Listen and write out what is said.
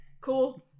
Cool